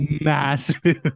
Massive